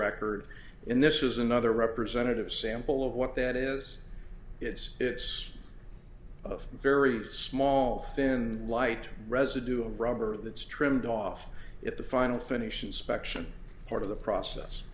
record in this was another representative sample of what that is it's it's of a very small thin light residue of rubber that's trimmed off if the final finishes spec ssion part of the process